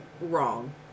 wrong